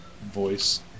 voice